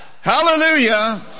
Hallelujah